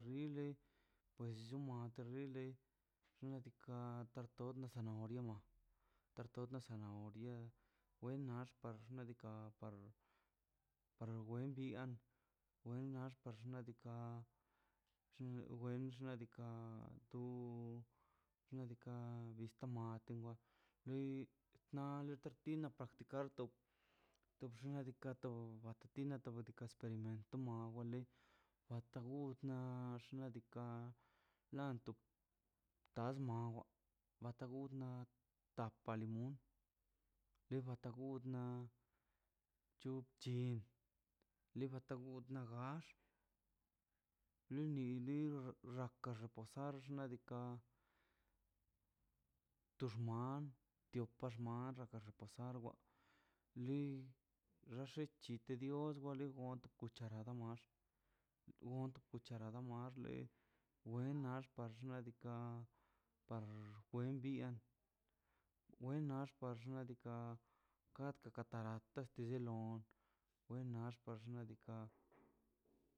Ri lei pues lluma tele rilei xna' diika' tarto de zanahoria torta de zanahoria wenax par ka par wendi dian we nax par xnadika xin wen diika' tu xna' diika' bista male tiwa loi na tertin na practicar to to bxnadika tob batutina to ka esperimento no na wale wata gudna na naxdika laptu tasma bata gudna ta palimu ye bata gudna chup chin libatagud na gax lini nid texo kax sax xna' diika' to xman tiopa xman raka repasar wa li waxichite liol gones wan lio cuacharada max gonx cucharada max max le wen nax pax xna' diika' par wen nia wen nax pax dika kwa katarat tellon we